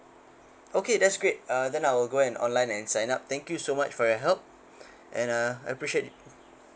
okay that's great uh then I'll go and online and sign up thank you so much for your help and uh I appreciate it